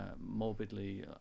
morbidly